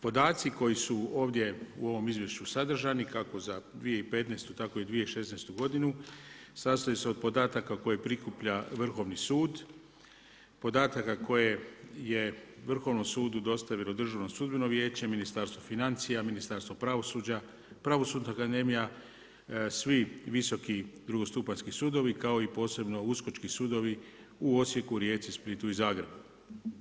Podaci koji su ovdje u ovom izvješću sadržani kako za 2015. tako i 2016. godinu, sastoji se o podataka koje prikuplja Vrhovni sud, podataka koje je Vrhovnom sudu dostavilo Državno sudbeno vijeće, Ministarstvo financija, Ministarstvo pravosuđa, pravosudna akademija, svi visoki drugostupanjski sudovi kao i posebni uskočki sudovi u Osijeku, Rijeci, Splitu i Zagrebu.